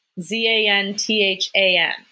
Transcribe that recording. z-a-n-t-h-a-n